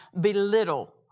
belittle